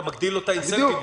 אתה מגדיל לו את התמריץ לבדוק.